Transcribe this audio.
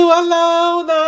alone